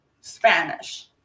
Spanish